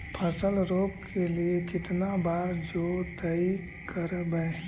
फसल रोप के लिय कितना बार जोतई करबय?